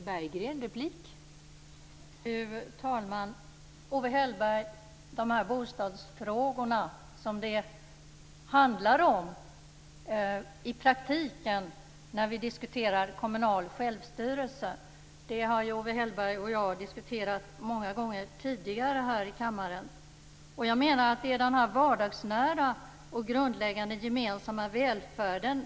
Fru talman! Dessa bostadsfrågor som det handlar om i praktiken när vi diskuterar kommunal självstyrelse har ju Owe Hellberg och jag diskuterat många gånger tidigare här i kammaren. Jag menar att det handlar om den här vardagsnära och grundläggande gemensamma välfärden.